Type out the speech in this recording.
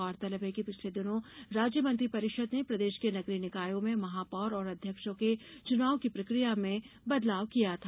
गौरतलब है कि पिछले दिनो राज्य मंत्रिपरिषद ने प्रदेश के नगरीय निकायों में महापौर और अध्यक्षों के चुनाव की प्रकिया में बदलाव किया था